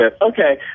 Okay